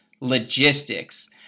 logistics